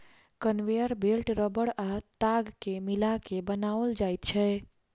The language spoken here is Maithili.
कन्वेयर बेल्ट रबड़ आ ताग के मिला के बनाओल जाइत छै